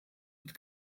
mit